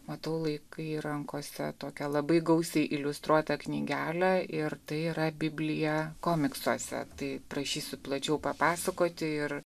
matau laikai rankose tokią labai gausiai iliustruotą knygelę ir tai yra biblija komiksuose tai prašysiu plačiau papasakoti ir